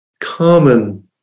common